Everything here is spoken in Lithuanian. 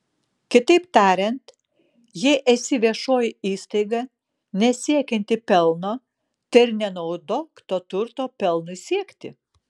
kitaip tariant jei esi viešoji įstaiga nesiekianti pelno tai ir nenaudok to turto pelnui siekti